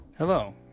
Hello